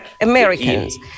Americans